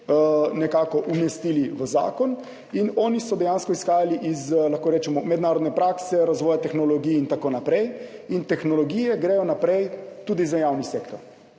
nekako umestili v zakon in oni so dejansko izhajali iz, lahko rečemo, mednarodne prakse razvoja tehnologij in tako naprej in tehnologije gredo naprej tudi za javni sektor.